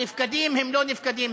הנפקדים הם לא נפקדים,